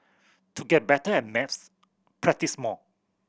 to get better at maths practise more